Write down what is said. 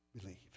believed